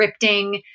scripting